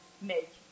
make